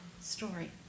story